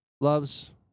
loves